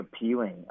appealing